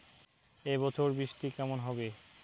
এবছর বৃষ্টি কেমন হবে?